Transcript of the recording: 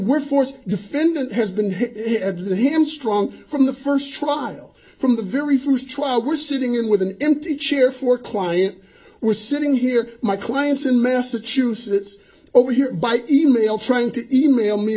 we're forced defendant has been had let him strong from the first trial from the very first trial go sitting in with an empty chair for client who was sitting here my clients in massachusetts over here by e mail trying to e mail me